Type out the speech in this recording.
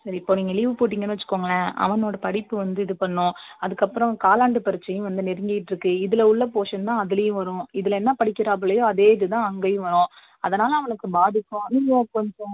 சரி இப்போ நீங்கள் லீவ் போட்டிங்கனு வச்சுக்கோங்களன் அவனோடய படிப்பு வந்து இது பண்ணும் அதுக்கப்புறோம் காலாண்டு பரிட்சையும் வந்து நெருங்கிட்ருக்குது இதில் உள்ள போர்ஷன்தான் அதுலையும் வரும் இதில் என்ன படிக்கிறாப்பலையோ அதே இதுதான் அங்கேயும் வரும் அதனால் அவனுக்கு பாதிக்கும் நீங்கள் கொஞ்சம்